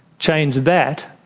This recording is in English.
change that,